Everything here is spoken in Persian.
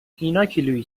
ایناکیلویی